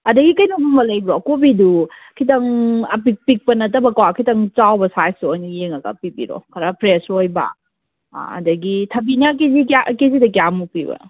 ꯑꯗꯒꯤ ꯀꯩꯅꯣꯒꯨꯝꯕ ꯂꯩꯕ꯭ꯔꯣ ꯀꯣꯕꯤꯗꯨ ꯈꯤꯇꯪ ꯑꯄꯤꯛ ꯄꯤꯛꯄ ꯅꯠꯇꯕꯀꯣ ꯈꯤꯇꯪ ꯆꯥꯎꯕ ꯁꯥꯏꯖꯇꯨ ꯑꯣꯏꯅ ꯌꯦꯡꯉꯒ ꯄꯤꯕꯤꯔꯛꯑꯣ ꯈꯔ ꯐ꯭ꯔꯦꯁ ꯑꯣꯏꯕ ꯑꯗꯒꯤ ꯊꯕꯤꯅ ꯀꯤꯖꯤ ꯀꯌꯥ ꯀꯤꯖꯤꯗ ꯀꯩꯌꯥꯃꯨꯛ ꯄꯤꯕ